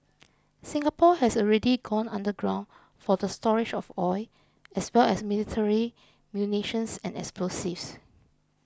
Singapore has already gone underground for the storage of oil as well as military munitions and explosives